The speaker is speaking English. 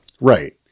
Right